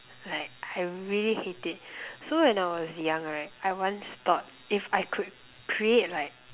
like I really hate it so when I was young right I once thought if I could create like